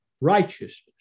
righteousness